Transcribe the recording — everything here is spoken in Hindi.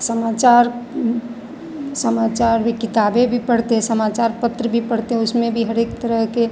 समाचार समाचार भी किताबें भी पढ़ते समाचार पत्र भी पढ़ते उसमें भी हर एक तरह के